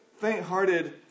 faint-hearted